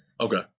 Okay